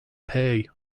pay